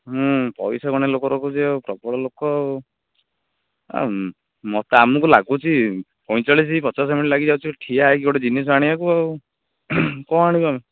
ହୁଁ ପଇସା ଗଣିବା ଲୋକ ରଖୁଛି ଆଉ ପ୍ରବଳ ଲୋକ ଆମକୁ ଲାଗୁଛି ପଇଁଚାଳିଶି ପଚାଶ ମିନିଟ ଲାଗିଯାଉଛି ଠିଆ ହେଇ ଗୋଟେ ଜିନିଷ ଆଣିବାକୁ ଆଉ କ'ଣ ଆଣିବ